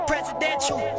presidential